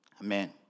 Amen